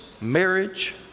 marriage